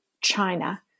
China